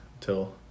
till